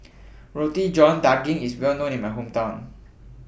Roti John Daging IS Well known in My Hometown